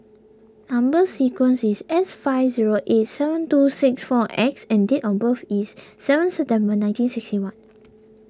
Number Sequence is S five zero eight seven two six four X and date of birth is seven September nineteen sixty one